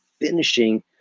finishing